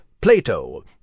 Plato